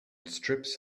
strips